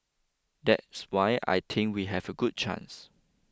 that's why I think we have a good chance